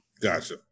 Gotcha